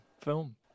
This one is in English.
film